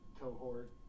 cohort